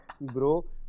Bro